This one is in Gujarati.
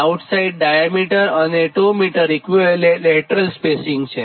આઉટસાઇડ ડાયામીટર અને ૨ મીટર ઇક્વીલેટરલ સ્પેસિંગ છે